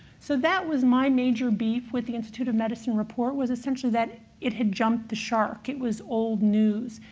so that was my major beef with the institute of medicine report, was essentially that it had jumped the shark. it was old news.